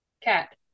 Cat